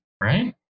right